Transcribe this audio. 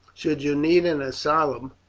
should you need an asylum,